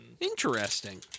Interesting